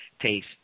taste